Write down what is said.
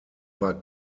war